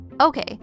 Okay